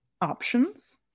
options